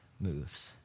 moves